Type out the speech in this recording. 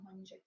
100%